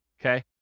okay